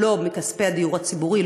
לא מכספי הדיור הציבורי,